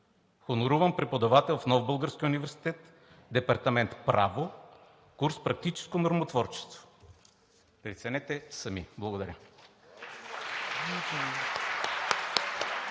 хоноруван преподавател в Нов български университет, департамент „Право“, курс „Практическо нормотворчество“. Преценете сами! Благодаря.